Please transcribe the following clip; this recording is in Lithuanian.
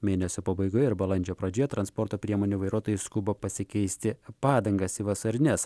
mėnesio pabaigoje ir balandžio pradžioje transporto priemonių vairuotojai skuba pasikeisti padangas į vasarines